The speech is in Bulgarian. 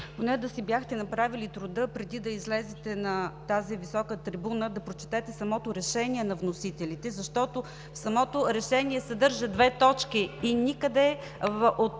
поне да си бяхте направили труда, преди да излезете на тази висока трибуна, да прочете самото решение на вносителите, защото то съдържа две точки. Никъде от